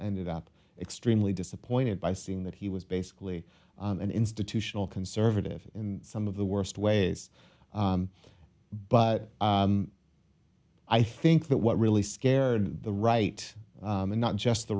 and up extremely disappointed by seeing that he was basically an institutional conservative in some of the worst ways but i think that what really scared the right not just the